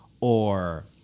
or-